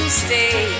stay